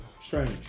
Strange